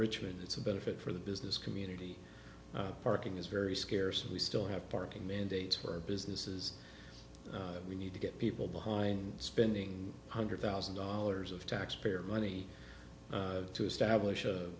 richmond it's a benefit for the business community parking is very scarce and we still have parking mandates for businesses we need to get people behind spending one hundred thousand dollars of taxpayer money to establish a